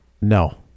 No